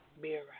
mirror